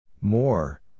more